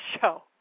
show